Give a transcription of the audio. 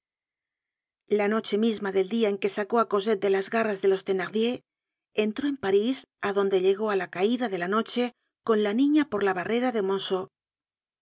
la noche misma del dia en que sacó á cosette de las garras de los thenardier entró en parís á donde llegó á la caida de la noche con la niña por la barrera de